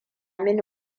mini